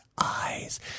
eyes